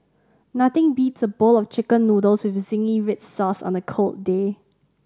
nothing beats a bowl of Chicken Noodles with zingy red sauce on a cold day